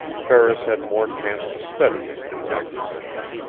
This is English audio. ferris had more chance to study his new acquisition.